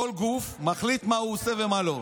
כל גוף מחליט מה הוא עושה ומה לא.